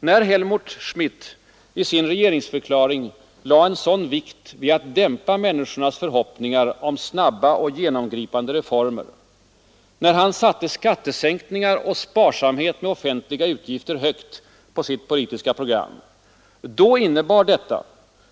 När Helmut Schmidt i sin regeringsförklaring lade en sådan vikt vid att dämpa människornas förhoppningar om snabba och genomgripande reformer, när han satte skattesänkningar och sparsamhet med offentliga utgifter högt på sitt politiska program, då innebar det